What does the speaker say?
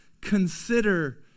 consider